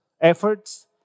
efforts